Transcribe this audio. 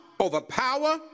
overpower